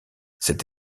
cette